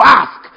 ask